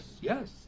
yes